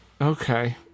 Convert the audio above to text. okay